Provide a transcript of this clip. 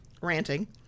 Ranting